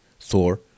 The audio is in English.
Thor